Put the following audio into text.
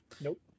nope